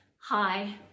hi